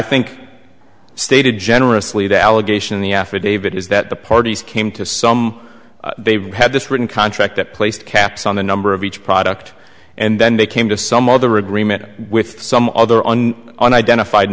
think stated generously the allegation in the affidavit is that the parties came to some they had this written contract that placed caps on the number of each product and then they came to some other agreement with some other on an identified